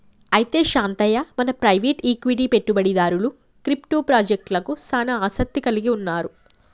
అయితే శాంతయ్య మన private equity పెట్టుబడిదారులు క్రిప్టో పాజెక్టలకు సానా ఆసత్తి కలిగి ఉన్నారు